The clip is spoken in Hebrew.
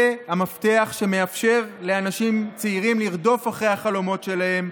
זה המפתח שמאפשר לאנשים צעירים לרדוף אחרי החלומות שלהם,